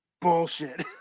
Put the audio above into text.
bullshit